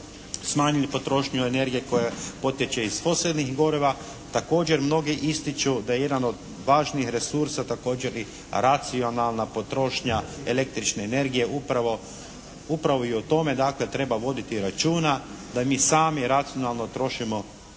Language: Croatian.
smanjili potrošnju energije koja potječe iz fosilnih goriva, također mnogi ističu da je jedan od važnijih resursa također i racionalna potrošnja električne energije. Upravo i o tome dakle treba voditi računa da mi sami racionalno trošimo